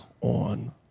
on